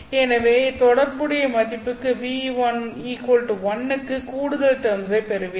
எனவே தொடர்புடைய மதிப்பு ν1 க்கு கூடுதல் டெர்ம்ஸ்ப் பெறுவீர்கள்